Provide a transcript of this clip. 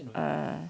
uh